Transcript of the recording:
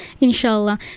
Inshallah